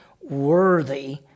worthy